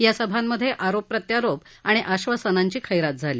या सभांमधे आरोप प्रत्यारोप आणि आश्वासनांची खैरात झाली